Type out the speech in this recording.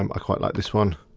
um quite like this one.